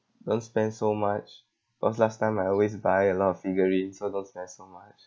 don't spend so much cause last time I always buy a lot of figurines so don't spend so much